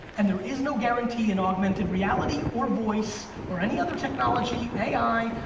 and there is no guarantee in augmented reality or voice or any other technology, ai,